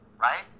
right